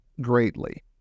greatly